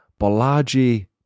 Bolaji